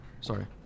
sorry